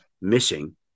missing